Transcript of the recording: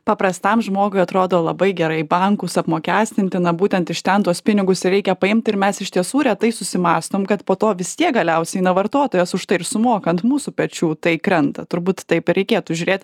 paprastam žmogui atrodo labai gerai bankus apmokestinti na būtent iš ten tuos pinigus ir reikia paimti ir mes iš tiesų retai susimąstom kad po to vis tiek galiausiai na vartotojas už tai ir sumoka ant mūsų pečių tai krenta turbūt taip ir reikėtų žiūrėt